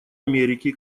америки